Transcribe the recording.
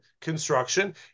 construction